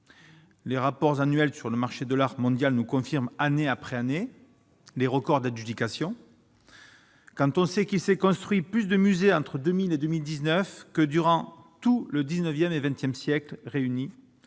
Les rapports annuels sur le marché de l'art mondial nous confirme année après année, les records d'adjudication quand on sait qu'il s'est construit plus de musée entre 2000 et 2019 que durant tout le XIXe et XXe siècles réunis,